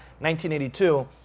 1982